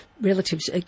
relatives